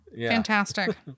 Fantastic